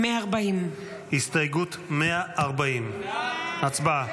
140. הסתייגות 140, הצבעה.